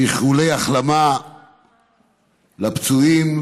ולאחל איחולי החלמה לפצועים,